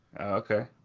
Okay